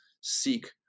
seek